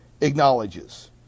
acknowledges